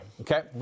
Okay